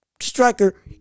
striker